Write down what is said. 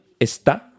está